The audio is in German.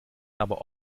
aber